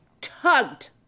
tugged